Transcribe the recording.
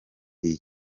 iyi